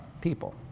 people